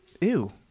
Ew